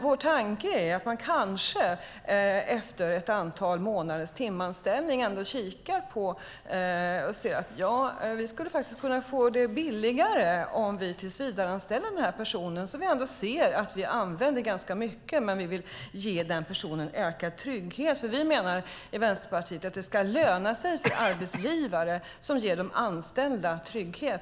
Vår tanke är att man efter ett antal månaders timanställning ska titta på om man kan få det billigare genom att tillsvidareanställa en person som man använder ganska mycket och som man vill ge ökad trygghet. Vänsterpartiet menar att det ska löna sig för arbetsgivare att ge de anställda trygghet.